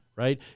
right